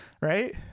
right